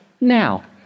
now